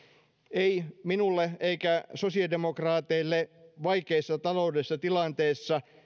ei minulle eikä sosiaalidemokraateille vaikeassa taloudellisessa tilanteessa